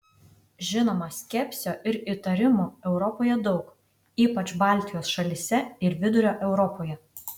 žinoma skepsio ir įtarimų europoje daug ypač baltijos šalyse ir vidurio europoje